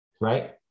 right